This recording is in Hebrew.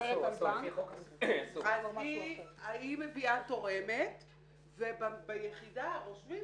היא מביאה תורמת וביחידה רושמים